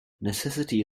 necessity